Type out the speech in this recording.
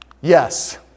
Yes